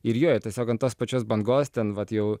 ir jo tiesiog ant tos pačios bangos ten vat jau